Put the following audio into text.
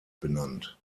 benannt